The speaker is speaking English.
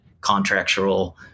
contractual